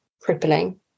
crippling